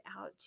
out